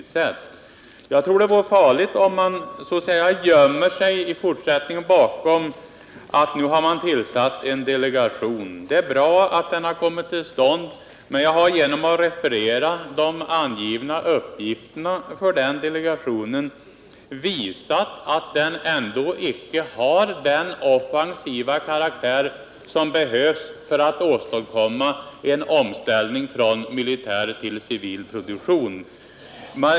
Jag tror det är farligt om man i fortsättningen gömmer sig bakom den tillsatta delegationen. Det är bra att den har kommit till stånd, men jag har genom aut referera de angivna uppgifterna för delegationen visat att den inte har den offensiva karaktär som behövs för att åstadkomma en omställning från militär till civil produktion.